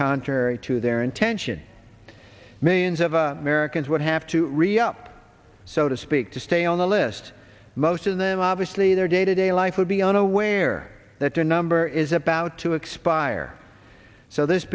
contrary to their intention millions of americans would have to re up so to speak to stay on the list most of them obviously their day to day life would be unaware that their number is about to expire so th